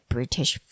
British